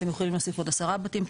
אתם יכולים להוסיף עוד 10 בתים,